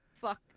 fuck